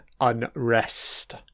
unrest